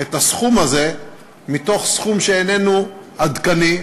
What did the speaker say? את הסכום הזה מתוך סכום שאיננו עדכני,